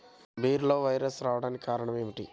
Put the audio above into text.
బీరలో వైరస్ రావడానికి కారణం ఏమిటి?